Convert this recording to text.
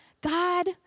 God